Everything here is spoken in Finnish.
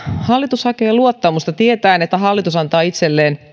hallitus hakee luottamusta tietäen että hallitus antaa itselleen